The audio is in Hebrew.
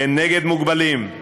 כנגד מוגבלים.